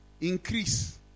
increase